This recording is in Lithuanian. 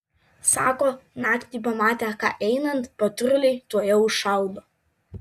sako naktį pamatę ką einant patruliai tuojau šaudo